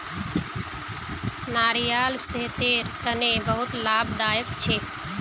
नारियाल सेहतेर तने बहुत लाभदायक होछे